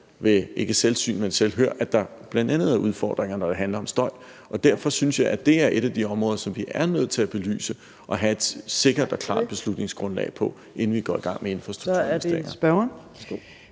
ved ikke selvsyn, men selvhør, at der bl.a. er udfordringer, når det handler om støj, og derfor synes jeg, at det er et af de områder, som vi er nødt til at belyse og have et sikkert og klart beslutningsgrundlag på, inden vi går i gang med infrastrukturinvesteringer.